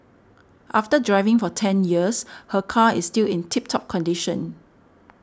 after driving for ten years her car is still in tip top condition